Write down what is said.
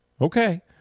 Okay